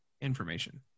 information